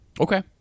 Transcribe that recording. Okay